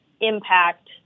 impact